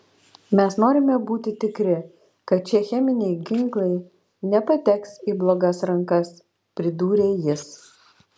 mes norime būti tikri kad šie cheminiai ginklai nepateks į blogas rankas pridūrė jis